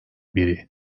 biri